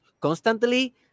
constantly